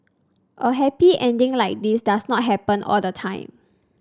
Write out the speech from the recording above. a happy ending like this does not happen all the time